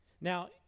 Now